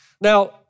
Now